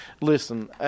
Listen